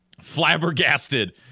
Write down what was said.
flabbergasted